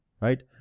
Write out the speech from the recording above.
right